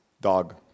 Dog